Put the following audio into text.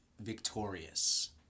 victorious